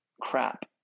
crap